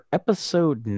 episode